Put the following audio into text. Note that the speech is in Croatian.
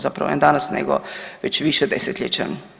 Zapravo ne danas nego već više desetljeća.